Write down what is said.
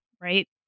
right